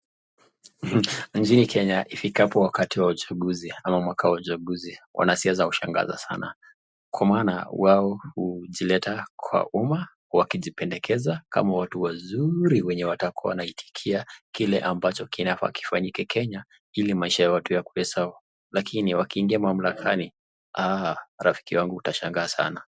Nchini Kenya ifikapo wakati wa uchaguzi ama mwaka wa uchaguzi, wanasiasa hushangaza sana kwa maana wao hujileta kwa umma wakijipendekeza kama watu wazuri wenye watakuwa wanaitikia kile ambacho kinafaa kifanyike Kenya, ili maisha ya watu yakuwe sawa. Lakini wakiingia mamlakani, rafiki yangu utashangaa sana.